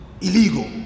Illegal